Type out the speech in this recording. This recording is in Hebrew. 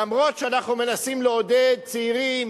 אומנם אנחנו מנסים לעודד צעירים,